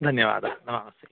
धन्यवादः नमांसि